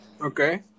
Okay